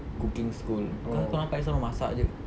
cooking school cause aku nampak dia selalu masak jer